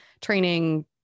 training